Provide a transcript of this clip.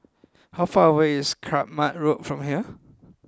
how far away is Kramat Road from here